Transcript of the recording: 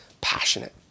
passionate